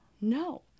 no